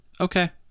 Okay